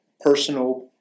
personal